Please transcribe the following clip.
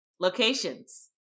Locations